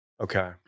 okay